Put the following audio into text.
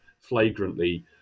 flagrantly